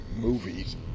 movies